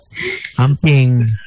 Amping